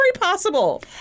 possible